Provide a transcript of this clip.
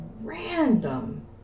random